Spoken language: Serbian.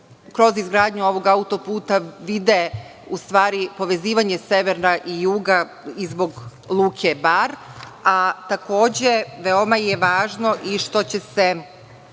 kroz izgradnju ovog autoputa vide povezivanje severa i juga i zbog Luke Bar, a takođe veoma je važno i što će se